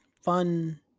fun